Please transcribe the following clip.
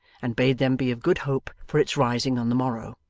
and bade them be of good hope for its rising on the morrow.